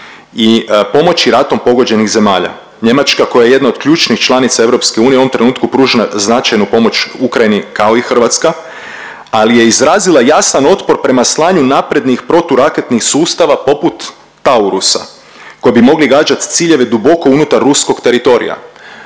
i pomoći ratom pogođenih zemalja. Njemačka koja je jedna od ključnih članica EU u ovom trenutku pruža značajnu pomoć Ukrajini kao i Hrvatska, ali je izrazila jasan otpor prema slanju naprednih proturaketnih sustava poput Taurusa koji bi mogli gađati ciljeve duboko unutar ruskog teritorija.